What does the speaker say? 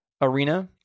arena